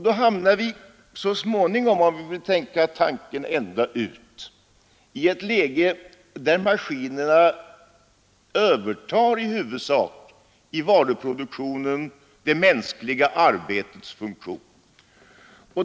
Då hamnar vi så småningom — om vi vill tänka tanken ända ut — i ett läge där maskinerna i varuproduktionen i huvudsak övertar det mänskliga arbetets funktion.